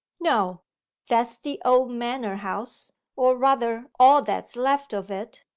no that's the old manor-house or rather all that's left of it.